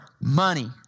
money